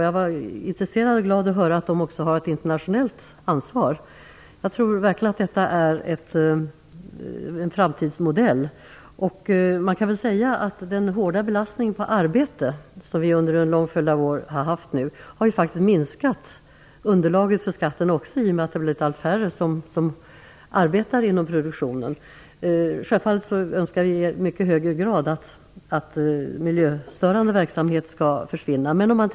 Jag var intresserad och glad att höra att den också har ett internationellt ansvar. Jag tror verkligen att detta är en framtidsmodell. Man kan väl säga att den hårda belastning på arbete som vi har haft nu under en lång följd av år faktiskt har minskat, och det har även underlaget för skatten i och med att det har blivit allt färre som arbetar inom produktionen. Men självfallet önskar vi att miljöstörande verksamhet skall försvinna i mycket högre grad.